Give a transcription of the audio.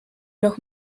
noch